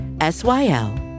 S-Y-L